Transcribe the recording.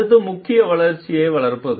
அடுத்த முக்கியம் வளர்ச்சியை வளர்ப்பது